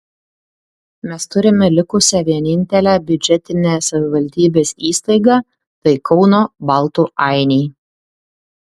mes turime likusią vienintelę biudžetinę savivaldybės įstaigą tai kauno baltų ainiai